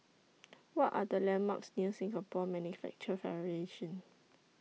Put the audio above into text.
What Are The landmarks near Singapore Manufacturing Federation